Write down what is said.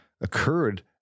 occurred